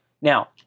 Now